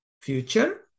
future